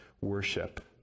worship